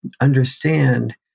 Understand